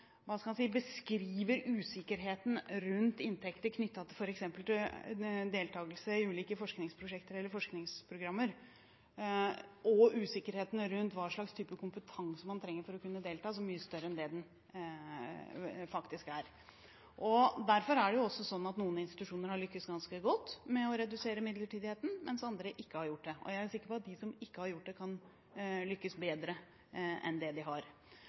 Man har beskrevet usikkerheten om inntekter knyttet til f.eks. deltakelse i ulike forskningsprosjekter eller forskningsprogrammer og usikkerheten om hva slags kompetanse man trenger for å kunne delta, som mye større enn det den faktisk er. Derfor er det også sånn at noen institusjoner har lyktes ganske godt med å redusere midlertidigheten, mens andre ikke har gjort det. Jeg er sikker på at de som ikke har gjort det, kan lykkes bedre. Det vil selvfølgelig alltid være sånn at ulike forskningsprogrammer kan kreve nye, ulike sammensetninger av f.eks. forskere enn det man har